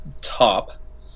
top